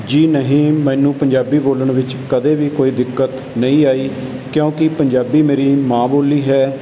ਜੀ ਨਹੀਂ ਮੈਨੂੰ ਪੰਜਾਬੀ ਬੋਲਣ ਵਿੱਚ ਕਦੇ ਵੀ ਕੋਈ ਦਿੱਕਤ ਨਹੀਂ ਆਈ ਕਿਉਂਕਿ ਪੰਜਾਬੀ ਮੇਰੀ ਮਾਂ ਬੋਲੀ ਹੈ